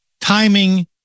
timing